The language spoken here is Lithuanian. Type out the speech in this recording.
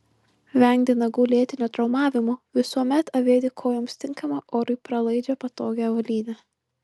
vengti nagų lėtinio traumavimo visuomet avėti kojoms tinkamą orui pralaidžią patogią avalynę